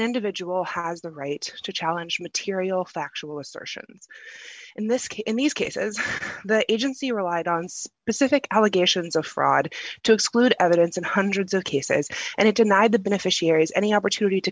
individual has the right to challenge material factual assertions in this case in these cases the agency relied on specific allegations of fraud to exclude evidence in hundreds of cases and it denied the beneficiaries any opportunity to